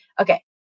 Okay